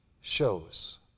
shows